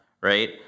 right